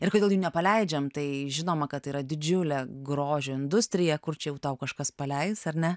ir kodėl jų nepaleidžiam tai žinoma kad yra didžiulė grožio industrija kur čia jau tau kažkas paleis ar ne